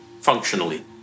functionally